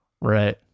Right